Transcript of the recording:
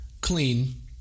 clean